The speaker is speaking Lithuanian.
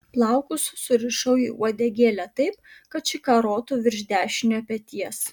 plaukus surišau į uodegėlę taip kad ši karotų virš dešinio peties